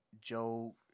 Joe